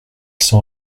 s’en